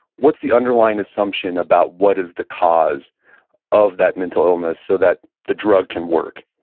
what's the underlying assumption about what is the cause of that mental illness, so that the drug can work?